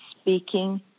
speaking